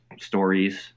stories